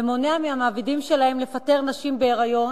ומונע מהמעבידים שלהן לפטר נשים בהיריון,